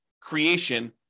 creation